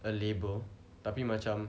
a label tapi macam